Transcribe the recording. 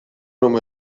home